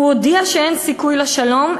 הוא הודיע שאין סיכוי לשלום.